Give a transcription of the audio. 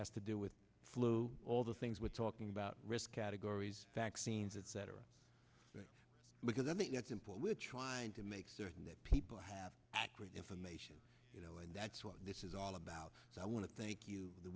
has to do with flu all the things we're talking about risk categories vaccines etc because i mean that's simple we're trying to make certain that people have accurate information you know and that's what this is all about i want to thank you the